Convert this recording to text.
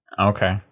Okay